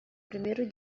primeiro